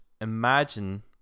imagine